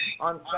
on